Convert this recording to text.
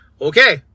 Okay